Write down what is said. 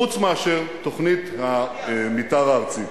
חוץ מאשר תוכנית המיתאר הארצית.